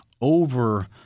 over